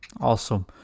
awesome